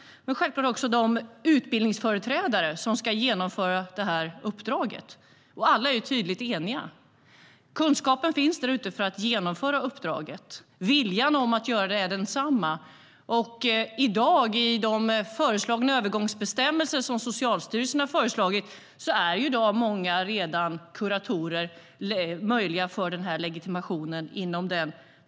Självklart var också de utbildningsföreträdare som ska genomföra uppdraget med. Alla är tydligt eniga: Kunskapen finns där ute för att genomföra uppdraget. Viljan att göra det är densamma. I de föreslagna övergångsbestämmelserna från Socialstyrelsen är många kuratorer redan i dag möjliga för legitimationen.